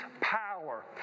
power